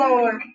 Lord